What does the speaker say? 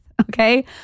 Okay